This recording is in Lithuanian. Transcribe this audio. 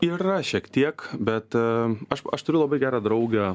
yra šiek tiek bet aš aš turiu labai gerą draugę